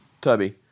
Tubby